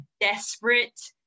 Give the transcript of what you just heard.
desperate-